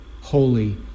holy